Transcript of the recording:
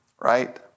right